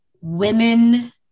women